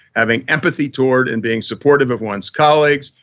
having empathy toward and being supportive of one's colleagues,